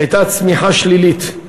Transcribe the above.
הייתה צמיחה שלילית.